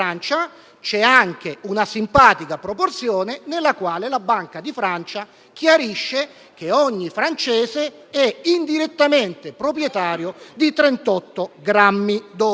c'è anche una simpatica proporzione, nella quale si chiarisce che ogni francese è indirettamente proprietario di 38 grammi d'oro.